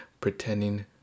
pretending